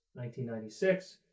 1996